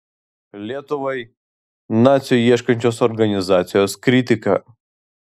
lietuvai nacių ieškančios organizacijos kritika